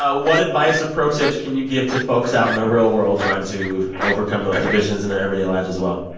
ah what advice or pro tips can you give to folks out in the real world trying to overcome those divisions in their everyday lives as well?